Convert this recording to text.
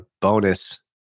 bonus